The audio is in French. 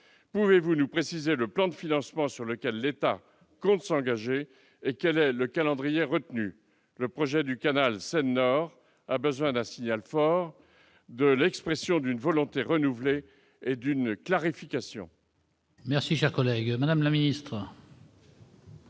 Pouvez-vous nous préciser le plan de financement sur lequel l'État compte s'engager et le calendrier retenu ? Le projet du canal Seine-Nord a besoin d'un signal fort, de l'expression d'une volonté renouvelée et d'une clarification.